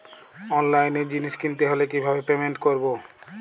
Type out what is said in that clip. অনলাইনে জিনিস কিনতে হলে কিভাবে পেমেন্ট করবো?